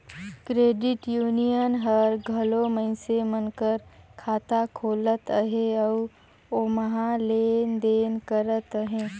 credit union हर घलो मइनसे मन कर खाता खोलत अहे अउ ओम्हां लेन देन करत अहे